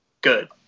good